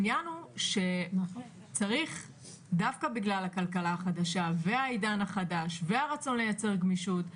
דווקא בגלל הכלכלה החדשה והעידן החדש והרצון לייצר גמישות,